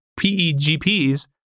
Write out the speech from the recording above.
PEGPs